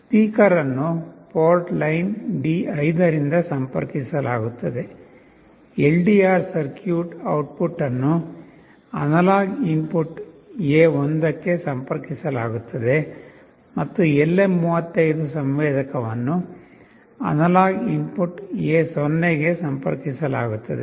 speaker ಅನ್ನು port line D5 ರಿಂದ ಸಂಪರ್ಕಿಸಲಾಗುತ್ತದೆ ಎಲ್ಡಿಆರ್ ಸರ್ಕ್ಯೂಟ್ ಔಟ್ಪುಟ್ ಅನ್ನು ಅನಲಾಗ್ ಇನ್ಪುಟ್ A1 ಗೆ ಸಂಪರ್ಕಿಸಲಾಗುತ್ತದೆ ಮತ್ತು LM35 ಸಂವೇದಕವನ್ನು ಅನಲಾಗ್ ಇನ್ಪುಟ್ A0 ಗೆ ಸಂಪರ್ಕಿಸಲಾಗುತ್ತದೆ